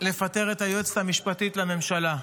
לפטר את היועצת המשפטית לממשלה.